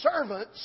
servants